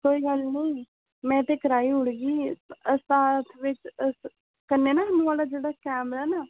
कोई गल्ल नी मैं ते कराई उड़गी और साथ बिच्च कन्ने ना जेह्ड़ा कैमरा ना